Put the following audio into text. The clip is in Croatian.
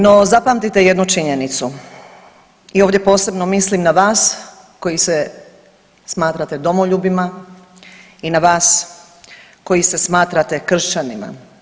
No, zapamtite jednu činjenicu i ovdje posebno mislim na vas koji se smatrate domoljubima i na vas koji se smatrate kršćanima.